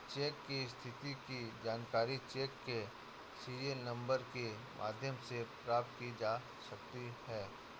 check की स्थिति की जानकारी चेक के सीरियल नंबर के माध्यम से प्राप्त की जा सकती है